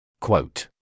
Quote